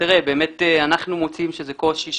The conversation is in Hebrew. באמת אנחנו מוצאים שזה קושי.